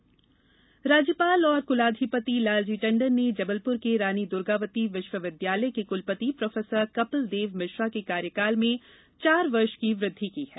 कुलपति कार्यकाल राज्यपाल और कुलाधिपति लालजी टंडन ने जबलपुर के रानी दुर्गावती विश्वविद्यालय के कुलपति प्रोफेसर कपिल देव मिश्रा के कार्यकाल में चार वर्ष की वृद्धि की है